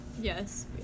yes